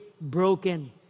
broken